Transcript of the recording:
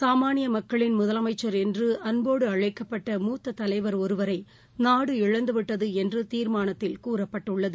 சமானியமக்களின் முதலமைச்சா் என்றுஅன்போடுஅழைக்கப்பட்ட மூத்ததலைவா் ஒருவரை மூவம் நாடு இழந்துவிட்டதுள்ன்றுதீர்மானத்தில் கூறப்பட்டுள்ளது